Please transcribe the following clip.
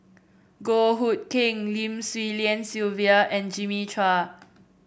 Goh Hood Keng Lim Swee Lian Sylvia and Jimmy Chua